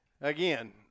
again